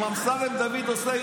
אם אמסלם דוד עושה,